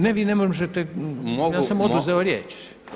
Ne vi ne možete, ja sam oduzeo riječ.